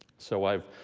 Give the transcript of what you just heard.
so i've,